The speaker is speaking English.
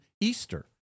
Easter